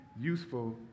useful